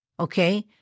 Okay